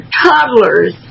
toddlers